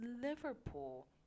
Liverpool